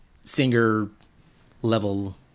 singer-level